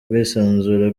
ubwisanzure